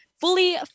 fully